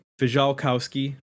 Fijalkowski